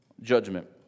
judgment